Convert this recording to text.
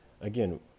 again